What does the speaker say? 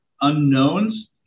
unknowns